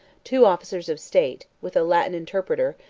two officers of state, with a latin interpreter,